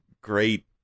great